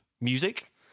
music